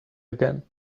again